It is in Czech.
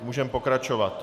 Můžeme pokračovat.